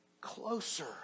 closer